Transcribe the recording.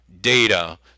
data